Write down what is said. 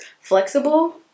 flexible